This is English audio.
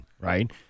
right